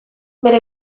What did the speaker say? bere